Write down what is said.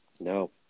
No